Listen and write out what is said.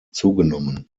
zugenommen